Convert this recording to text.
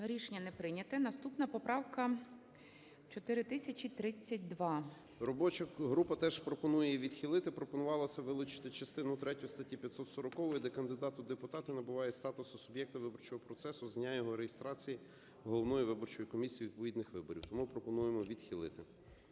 Рішення не прийнято. Наступна поправка – 4032. 16:06:44 СИДОРОВИЧ Р.М. Робоча група теж пропонує відхилити. Пропонувалось вилучити частину третю статті 540, де кандидат у депутати набуває статусу суб'єкта виборчого процесу з дня його реєстрації головною виборчою комісією відповідних виборів. Тому пропонуємо відхилити.